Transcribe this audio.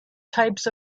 types